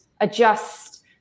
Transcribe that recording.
adjust